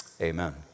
amen